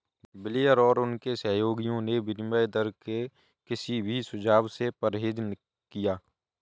Blair और उनके सहयोगियों ने विनिमय दर के किसी भी सुझाव से परहेज किया